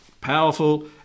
powerful